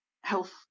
health